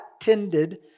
tended